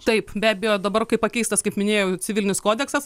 taip be abejo dabar kai pakeistas kaip minėjau civilinis kodeksas